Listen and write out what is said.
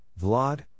Vlad